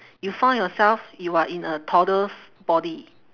you found yourself you are in a toddler's body